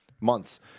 months